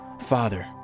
Father